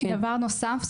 דבר נוסף,